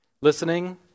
listening